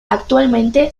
actualmente